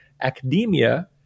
Academia